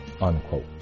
Unquote